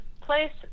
place